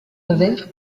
revers